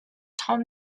tom